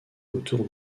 autour